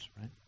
right